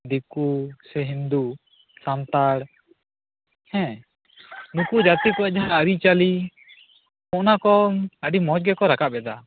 ᱫᱤᱠᱩ ᱥᱮ ᱦᱤᱱᱫᱩ ᱥᱟᱱᱛᱟᱲ ᱦᱮᱸ ᱱᱩᱠᱩ ᱡᱟ ᱛᱤ ᱠᱚᱣᱟᱜ ᱡᱟᱦᱟᱸ ᱟ ᱨᱤᱪᱟᱹᱞᱤ ᱚᱱᱟ ᱠᱚ ᱟ ᱰᱤ ᱢᱚᱡᱽ ᱜᱮ ᱠᱚ ᱨᱟᱠᱟᱵᱮᱫᱟ